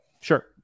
Sure